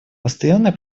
постоянный